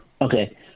Okay